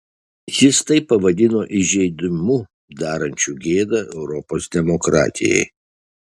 jis tai pavadino įžeidimu darančiu gėdą europos demokratijai